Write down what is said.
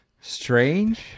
Strange